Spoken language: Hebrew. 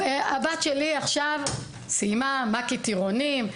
הבת שלי עכשיו סיימה מ"כית טירונים,